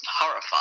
horrified